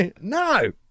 No